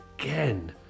again